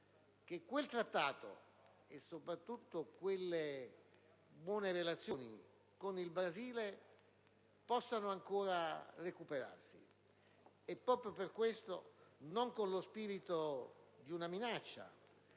quel Trattato e, soprattutto, le buone relazioni con il Brasile possono ancora recuperarsi. Proprio per tali ragioni, con lo spirito non di una minaccia